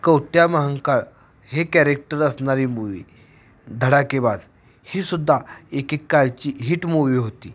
कवट्या महाकाळ हे कॅरेक्टर असणारी मूव्ही धडाकेबाज ही सुद्धा एक एककाळची हीट मूव्ही होती